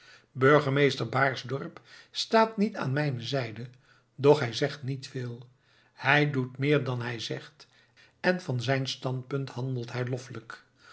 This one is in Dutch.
burgemeester baersdorp staat niet aan mijne zijde doch hij zegt niet veel hij doet meer dan hij zegt en van zijn standpunt handelt hij loffelijk